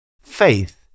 Faith